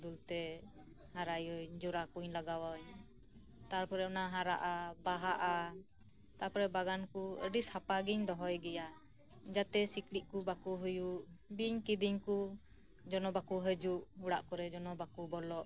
ᱫᱟᱜ ᱫᱩᱞ ᱫᱩᱞᱛᱮ ᱦᱟᱨᱟᱭᱟᱹᱧ ᱡᱚᱨᱟᱠᱩᱧ ᱞᱟᱜᱟᱣᱟ ᱛᱟᱯᱚᱨᱮ ᱚᱱᱟ ᱦᱟᱨᱟᱜᱼᱟ ᱵᱟᱦᱟᱜᱼᱟ ᱛᱟᱯᱚᱨᱮ ᱵᱟᱜᱟᱱᱠᱚ ᱟᱹᱰᱤ ᱥᱟᱯᱷᱟᱜᱤᱧ ᱫᱚᱦᱚᱭ ᱜᱮᱭᱟ ᱡᱟᱛᱮ ᱥᱤᱠᱲᱤᱡᱠᱚ ᱵᱟᱠᱩ ᱦᱳᱭᱳᱜ ᱵᱤᱧ ᱠᱤᱫᱤᱧᱠᱚ ᱡᱮᱱᱚ ᱵᱟᱠᱚ ᱦᱤᱡᱩᱜ ᱚᱲᱟᱜ ᱠᱚᱨᱮ ᱡᱮᱱᱚ ᱵᱟᱠᱚ ᱵᱚᱞᱚᱜ